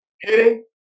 hitting